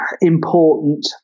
important